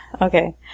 Okay